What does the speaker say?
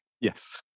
Yes